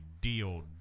deal